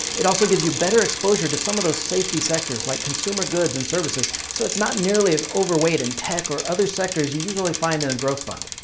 it also gives you better exposure to some of those safety sectors like consumer goods and services so it's not nearly as overweight in tech or the other sectors you usually find in a growth fund.